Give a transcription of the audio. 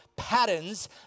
Patterns